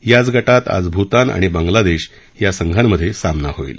याच गटात आज भूतान आणि बांगलादेश यांच्या संघांमध्ये सामना होईल